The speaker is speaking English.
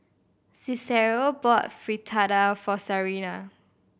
Cicero bought Fritada for Sarina